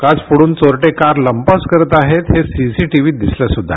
काच फोडून चोरटे कार लंपास करताहेत हे सी सी टीव्हीत दिसलं सद्वा